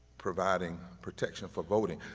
providing protection for voting.